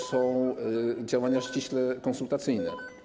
to są działania ściśle konsultacyjne.